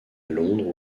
londres